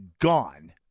gone